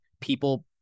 people